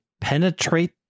penetrate